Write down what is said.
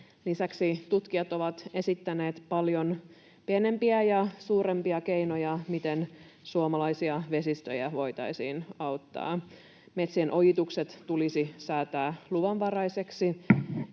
Lisäksi tutkijat ovat esittäneet paljon pienempiä ja suurempia keinoja, miten suomalaisia vesistöjä voitaisiin auttaa. Metsien ojitukset tulisi säätää luvanvaraiseksi,